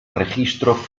registro